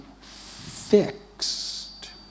fixed